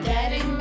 Daddy